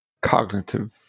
cognitive